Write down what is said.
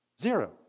Zero